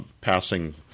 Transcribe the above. passing